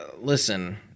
Listen